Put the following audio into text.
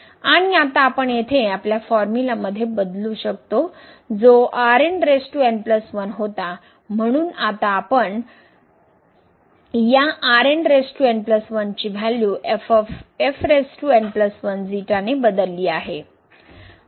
आणि आता आपण येथे आपल्या फॉर्म्युलामध्ये बदलू शकतो जो होता म्हणून आता आपण या ची व्हॅल्यू बदलली आहे